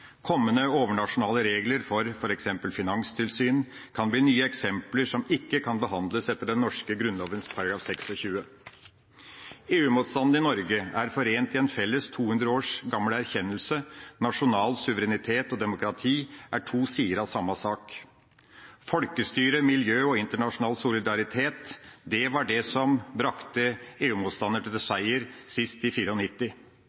Kommende, overnasjonale regler, for f.eks. finanstilsyn, kan bli nye eksempler som ikke kan behandles etter Grunnloven § 26. EU-motstanden i Norge er forent i en felles, 200 år gammel erkjennelse om at nasjonal suverenitet og demokrati er to sider av samme sak. Folkestyre, miljø og internasjonal solidaritet var det som brakte EU-motstanderne til